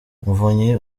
muvunyi